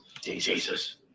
Jesus